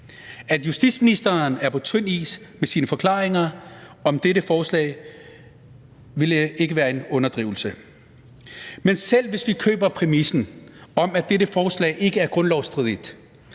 At justitsministeren er på tynd is med sine forklaringer om dette forslag ville ikke være en underdrivelse. Men selv hvis vi køber præmissen om, at dette forslag ikke er grundlovsstridigt,